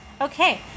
Okay